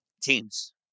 teams